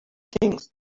things